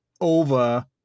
over